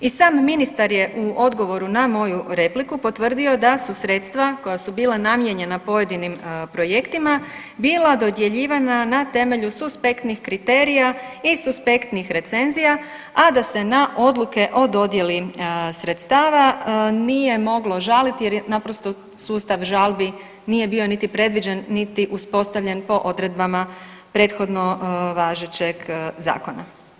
I sam ministar je u odgovoru na moju repliku potvrdio da su sredstva koja su bila namijenjena pojedinim projektima bila dodjeljivana na temelju suspektnih kriterija i suspektnih recenzija, a da se na odluke o dodjeli sredstava nije moglo žaliti jer je naprosto sustav žalbi nije bio niti predviđen, niti uspostavljen po odredbama prethodno važećeg zakona.